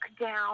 down